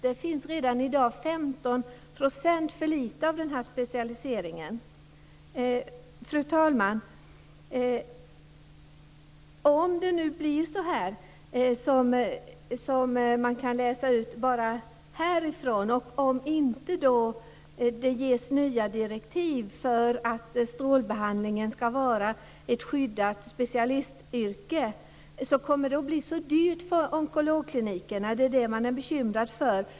Redan i dag ligger bristen på 15 % inom den här specialiseringen. Fru talman! Om det nu blir som man kan läsa ut av budgetpropositionen och det inte ges nya direktiv för att strålbehandlingen ska vara ett skyddat specialistyrke, kommer det att bli dyrt för onkologklinikerna. Det är det man är bekymrad för.